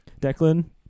Declan